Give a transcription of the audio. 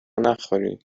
نخوری